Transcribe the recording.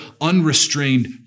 unrestrained